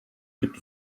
gibt